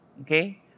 Okay